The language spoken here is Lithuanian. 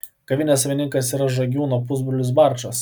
kavinės savininkas yra žagūnio pusbrolis barčas